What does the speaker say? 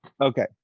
okay